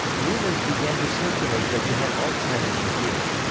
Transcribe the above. rumors began to circulate that he had alzheimer's disease.